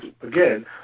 again